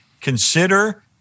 consider